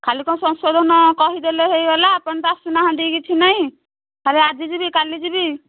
ଖାଲି କ'ଣ ସଂଶୋଧନ କହିଦେଲେ ହୋଇଗଲା ଆପଣ ତ ଆସୁନାହାନ୍ତି କିଛି ନାହିଁ ଖାଲି ଆଜି ଯିବି କାଲି ଯିବି